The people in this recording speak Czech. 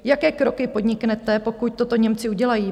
Jaké kroky podniknete, pokud toto Němci udělají?